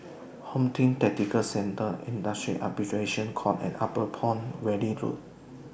Home Team Tactical Centre Industrial Arbitration Court and Upper Palm Valley Road